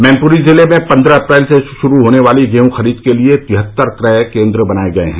मैनपुरी जिले में पंद्रह अप्रैल से शुरू होने वाली गेहूं खरीद के लिए तिहत्तर क्रय केंद्र बनाए गए हैं